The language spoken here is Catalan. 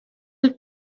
els